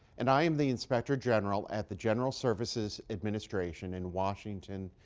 and i am the inspector general at the general services administration in washington,